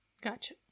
Gotcha